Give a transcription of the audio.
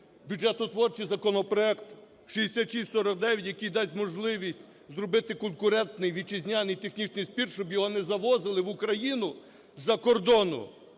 бюджетотворчий законопроект 6649, який дасть можливість зробити конкурентний вітчизняний технічний спирт, щоб його не завозили в Україну з-за кордону,